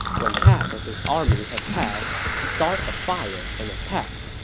when half of his army has passed, start a fire and attack.